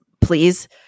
please